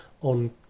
on